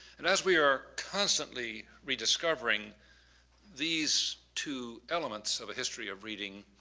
and as we are constantly rediscovering these two elements of a history of reading,